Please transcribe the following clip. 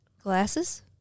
glasses